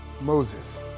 Moses